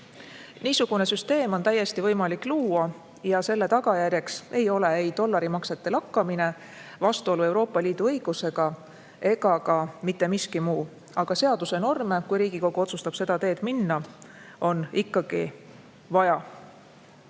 järelevalvesüsteemi on täiesti võimalik luua ja selle tagajärjeks ei ole ei dollarimaksete lakkamine, vastuolu Euroopa Liidu õigusega ega ka mitte miski muu. Aga seaduse norme, kui Riigikogu otsustab seda teed minna, on ikkagi vaja.